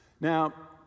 Now